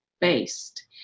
based